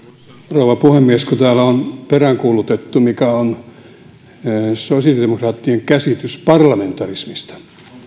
rouva puhemies täällä on peräänkuulutettu mikä on sosiaalidemokraattien käsitys parlamentarismista